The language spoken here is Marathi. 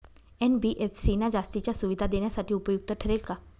एन.बी.एफ.सी ना जास्तीच्या सुविधा देण्यासाठी उपयुक्त ठरेल का?